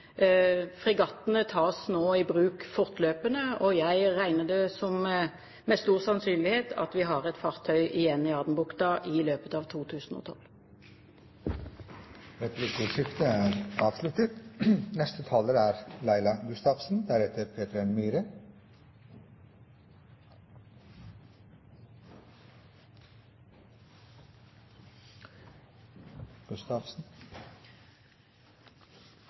tas nå i bruk fortløpende, og jeg regner med at vi med stor sannsynlighet har et fartøy igjen i Adenbukta i løpet av 2012. Replikkordskiftet er avsluttet. Det går svært bra i Norge. Arbeidsledigheten er